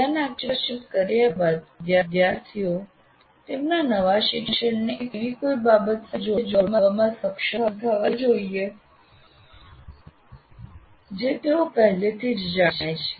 ધ્યાન આકર્ષિત કર્યા બાદ વિદ્યાર્થીઓ તેમના નવા શિક્ષણને એવી કોઈ બાબત સાથે જોડવામાં સક્ષમ થવા જોઈએ જે તેઓ પહેલેથી જ જાણે છે